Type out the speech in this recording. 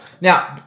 Now